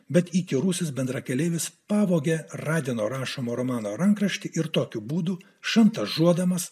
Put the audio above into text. bet įkyrusis bendrakeleivis pavogė radino rašomo romano rankraštį ir tokiu būdu šantažuodamas